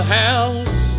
house